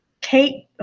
Kate